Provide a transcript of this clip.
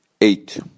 Eight